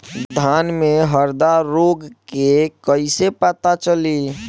धान में हरदा रोग के कैसे पता चली?